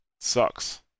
Sucks